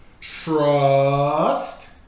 trust